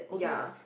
ya